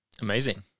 Amazing